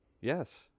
Yes